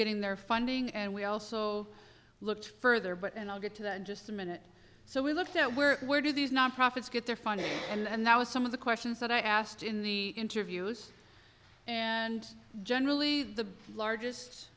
getting their funding and we also looked further but and i'll get to that in just a minute so we looked at where where do these nonprofits get their funding and that was some of the questions that i asked in the interviews and generally the largest